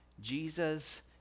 Jesus